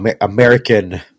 American